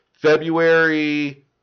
February